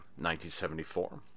1974